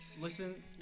Listen